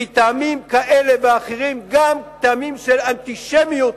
מטעמים כאלה ואחרים, גם טעמים של אנטישמיות,